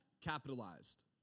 capitalized